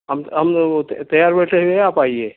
تیار بیٹھے ہوئے ہیں آپ آئیے